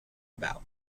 about